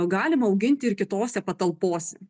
galima auginti ir kitose patalpose